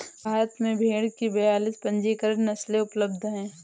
भारत में भेड़ की बयालीस पंजीकृत नस्लें उपलब्ध हैं